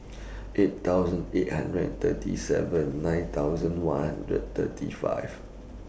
eight thousand eight hundred and thirty seven nine thousand one hundred thirty five